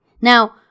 now